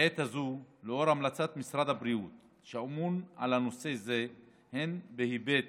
בעת הזו, משרד הבריאות, שאמון על נושא זה הן בהיבט